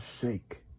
shake